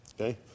Okay